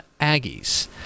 Aggies